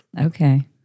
Okay